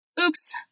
Oops